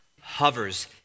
hovers